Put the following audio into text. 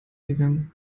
gegangen